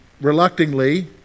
reluctantly